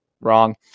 wrong